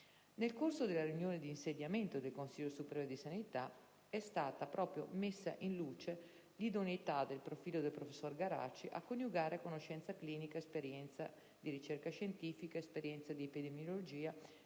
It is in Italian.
Nel corso della riunione di insediamento del Consiglio superiore di sanità è stata proprio messa in luce l'idoneità del profilo del professor Garaci a coniugare conoscenza clinica, esperienza di ricerca scientifica, esperienza in epidemiologia,